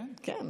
אם כך,